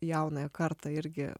jaunąją kartą irgi